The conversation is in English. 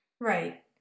Right